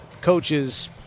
coaches